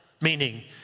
meaning